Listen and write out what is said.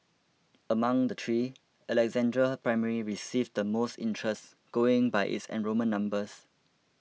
among the three Alexandra Primary received the most interest going by its enrolment numbers